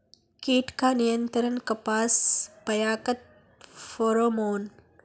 कीट का नियंत्रण कपास पयाकत फेरोमोन?